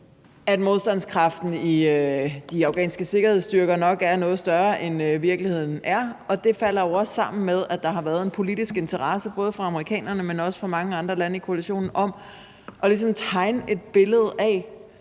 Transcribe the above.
at modstandskraften i de afghanske sikkerhedsstyrker nok var noget større, end den var i virkeligheden. Og det falder jo også sammen med, at der har været en politisk interesse både fra amerikanerne, men også fra mange andre lande i koalitionen om ligesom at tegne et billede af,